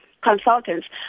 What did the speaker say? consultants